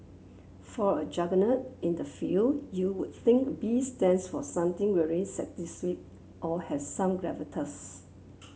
for a juggernaut in the field you would think B stands for something really or has some gravitas